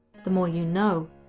the more you know,